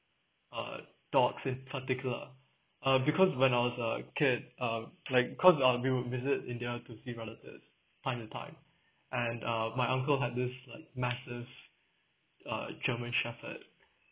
uh dogs in particular uh because when I was a kid uh like cause um we would visit india to see relative time to time and uh my uncle had this like massive uh german shepherd